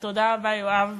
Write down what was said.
ותודה רבה, יואב,